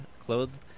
clothed